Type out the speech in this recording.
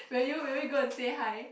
will you will you go and say hi